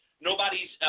Nobody's